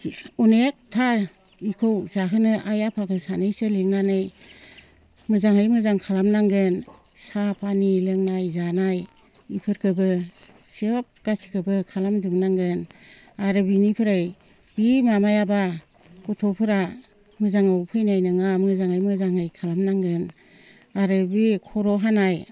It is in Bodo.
अनेखथा इखौ जाहोनो आइ आफाखो सानैसो लिंनानै मोजाङै मोजां खालाम नांगोन साहा फानि लोंनाय जानाय इफोरखोबो सोब गासिखौबो खालाम जोबनांगोन आरो बिनिफोराय बि माबायाब्ला गथ'फोरा मोजाङाव फैनाय नङा मोजाङै मोजाङै खालाम नांगोन आरो बे खर' हानाय